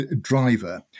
driver